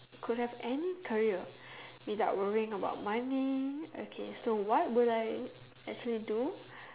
could have end career without worrying about money so what would I actually do